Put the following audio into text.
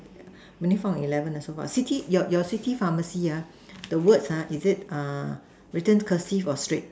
only found eleven lah so far city your your city pharmacy ah the words ah is it written cursive or straight